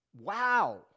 Wow